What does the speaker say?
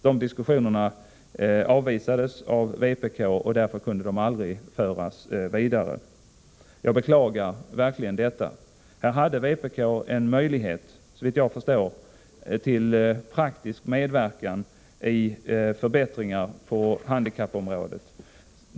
De diskussionerna avvisades av vpk, och därför kunde de aldrig föras vidare. Jag beklagar verkligen detta. Här hade vpk en möjlighet, såvitt jag förstår, till praktisk medverkan till förbättringar på handikappområdet.